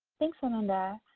thanks on on that.